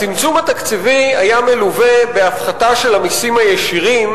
הצמצום התקציבי היה מלווה בהפחתה של המסים הישירים,